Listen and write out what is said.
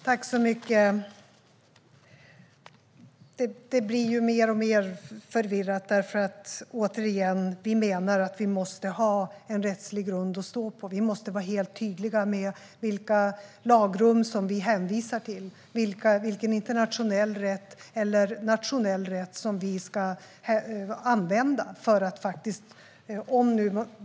Herr talman! Det blir mer och mer förvirrat. Återigen: Vi menar att vi måste ha en rättslig grund att stå på. Om vi ska kunna säga nej, som Mikael Oscarsson vill, måste vi vara helt tydliga med vilka lagrum som vi hänvisar till och vilken internationell eller nationell rätt som vi ska använda.